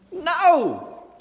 No